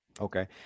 Okay